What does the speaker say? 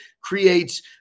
creates